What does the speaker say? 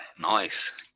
Nice